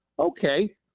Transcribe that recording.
Okay